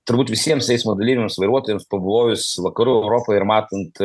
turbūt visiems eismo dalyviams vairuotojams pavojus vakarų europoj ir matant